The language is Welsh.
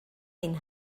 ein